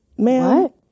man